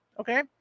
Okay